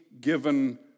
given